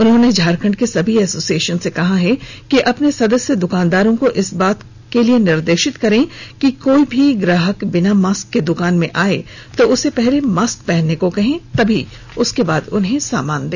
उन्होंने झारखण्ड के सभी एसोसिएशन से कहा है कि अपने सदस्य दुकानदार को इस बात पर निर्देशित करें कि कोई ग्राहक बिना मास्क के दुकान में आए तो उन्हें पहले मास्क पहनने को कहे उसके बाद ही सामान दे